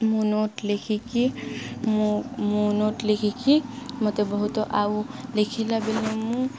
ମୁଁ ନୋଟ୍ ଲେଖିକି ମୁଁ ମୁଁ ନୋଟ୍ ଲେଖିକି ମୋତେ ବହୁତ ଆଉ ଲେଖିଲା ବେଳେ ମୁଁ